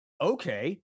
okay